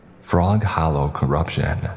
frog-hollow-corruption